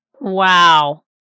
Wow